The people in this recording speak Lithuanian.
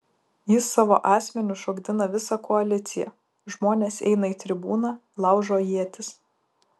jis savo asmeniu šokdina visą koaliciją žmonės eina į tribūną laužo ietis